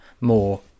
more